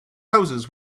houses